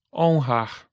honrar